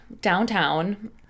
downtown